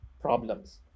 problems